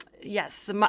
Yes